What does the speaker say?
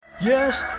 Yes